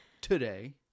today